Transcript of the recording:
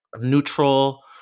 neutral